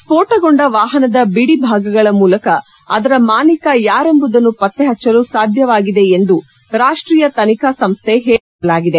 ಸ್ವೋಟಗೊಂಡ ವಾಹನದ ಬಿಡಿ ಭಾಗಗಳ ಮೂಲಕ ಅದರ ಮಾಲೀಕ ಯಾರೆಂಬುದನ್ನು ಪತ್ತೆಹಚ್ಚಲು ಸಾಧ್ಯವಾಗಿದೆ ಎಂದು ರಾಷ್ಷೀಯ ತನಿಖಾ ಸಂಸ್ಥೆ ಹೇಳಿಕೆಯಲ್ಲಿ ತಿಳಿಸಲಾಗಿದೆ